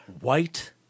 White